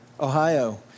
Ohio